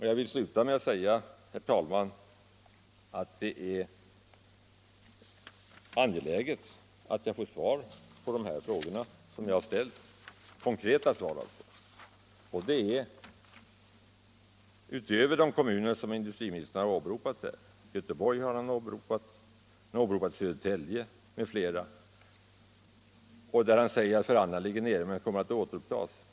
Jag vill sluta med att säga, herr talman, att det är angeläget att jag får konkreta svar på dessa frågor som jag har ställt. Industriministern har åberopat Göteborg, Södertälje m.fl. kommuner och säger att förhandlingarna ligger nere men kommer att återupptas.